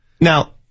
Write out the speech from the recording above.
Now